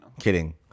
Kidding